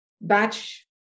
batch